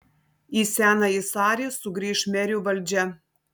į senąjį sarį sugrįš merių valdžia